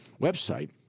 website